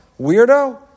Weirdo